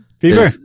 fever